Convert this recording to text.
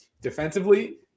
Defensively